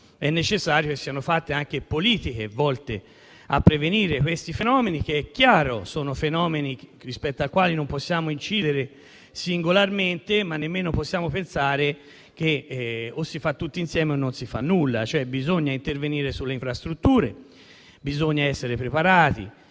è necessario che siano fatte anche politiche volte a prevenire questi fenomeni. È chiaro che sono fenomeni rispetto ai quali non possiamo decidere singolarmente, ma non possiamo nemmeno pensare che o si fa tutti insieme o non si fa nulla. Bisogna cioè intervenire sulle infrastrutture, bisogna essere preparati